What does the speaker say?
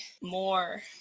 more